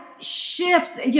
shifts